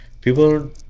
people